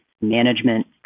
management